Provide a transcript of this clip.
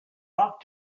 talk